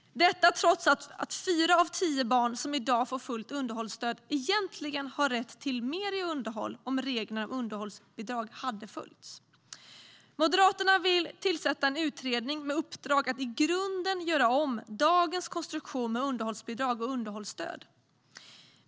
Detta trots att fyra av tio barn som i dag får fullt underhållsstöd egentligen har rätt till mer i underhåll om reglerna om underhållsbidrag skulle följas. Moderaterna vill tillsätta en utredning med uppdrag att i grunden göra om dagens konstruktion med underhållsbidrag och underhållsstöd.